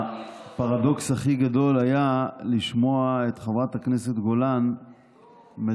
הפרדוקס הכי גדול היה לשמוע את חברת הכנסת גולן מדברת,